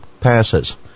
passes